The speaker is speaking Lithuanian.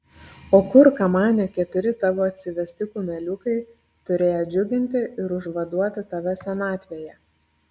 o kur kamane keturi tavo atsivesti kumeliukai turėję džiuginti ir užvaduoti tave senatvėje